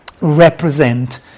represent